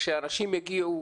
שאנשים יגיעו,